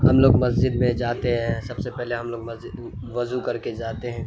ہم لوگ مسجد میں جاتے ہیں سب سے پہلے ہم لوگ مسجد وضو کر کے جاتے ہیں